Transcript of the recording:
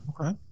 Okay